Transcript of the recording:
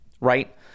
right